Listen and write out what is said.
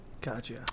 Gotcha